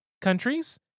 countries